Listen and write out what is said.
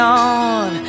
on